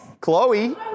Chloe